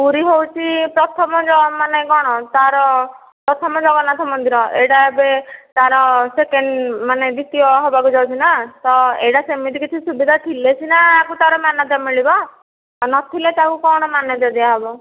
ପୁରୀ ହେଉଛି ପ୍ରଥମ ମାନେ କଣ ତା ର ପ୍ରଥମ ଜଗନ୍ନାଥ ମନ୍ଦିର ଏଇଟା ଏବେ ତା ର ସେକେଣ୍ଡ ମାନେ ଦ୍ୱିତୀୟ ହେବାକୁ ଯାଉଛି ନା ତ ଏଇଟା ସେମିତି କିଛି ସୁବିଧା ଥିଲେ ସିନା ୟାକୁ ତା ର ମାନ୍ୟତା ମିଳିବ ଆଉ ନଥିଲେ ତାକୁ କଣ ମାନ୍ୟତା ଦିଆହେବ